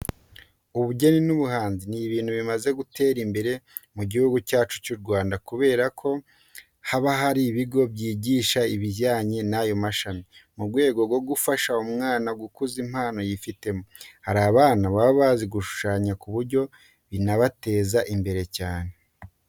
Ubugeni n'ubuhanzi ni ibintu bimaze gutera imbere mu Gihugu cyacu cy'u Rwanda kubera ko haba hari ibigo byigisha ibijyanye n'ayo mashami, mu rwego rwo gufasha umwana gukuza impano yifitemo. Hari abana baba bazi gushanya ku buryo binabateza imbere cyane.